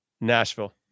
Nashville